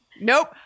Nope